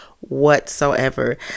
whatsoever